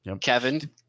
Kevin